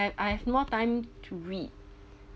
I have more time to read